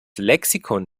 lexikon